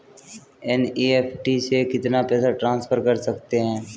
NEFT से कितना पैसा ट्रांसफर कर सकते हैं?